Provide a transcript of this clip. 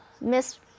Miss